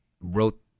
wrote